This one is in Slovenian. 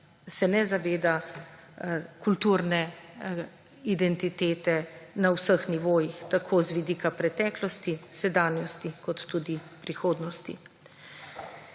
se ne zaveda kulturne identitete na vseh nivojih, tako z vidika preteklosti, sedanjosti kot tudi prihodnosti.